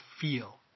feel